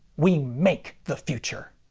we make the future!